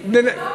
לנשים.